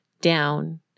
down